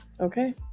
Okay